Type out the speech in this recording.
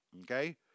okay